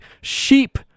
Sheep